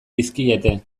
dizkiete